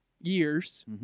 years